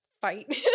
fight